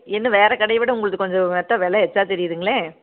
என்ன வேறு கடையை விட உங்களது கொஞ்சம் எக்ட்டா வெலை எக்ஸ்ட்ரா தெரியுதுங்களே